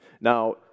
Now